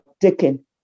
taken